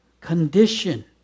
condition